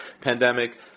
pandemic